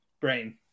Brain